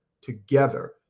together